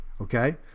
okay